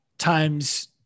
Times